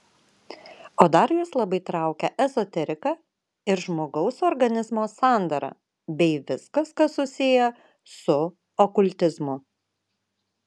o dar juos labai traukia ezoterika ir žmogaus organizmo sandara bei viskas kas susiję su okultizmu